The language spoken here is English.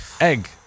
egg